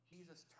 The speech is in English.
Jesus